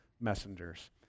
messengers